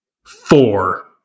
Four